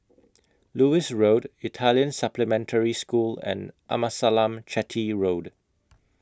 Lewis Road Italian Supplementary School and Amasalam Chetty Road